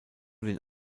den